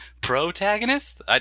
protagonist